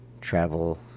travel